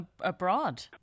abroad